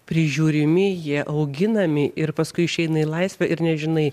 prižiūrimi jie auginami ir paskui išeina į laisvę ir nežinai